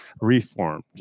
reformed